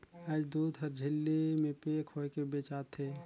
आयज दूद हर झिल्ली में पेक होयके बेचा थे